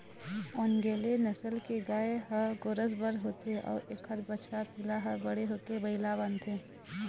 ओन्गेले नसल के गाय ह गोरस बर होथे अउ एखर बछवा पिला ह बड़े होके बइला बनथे